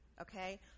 Okay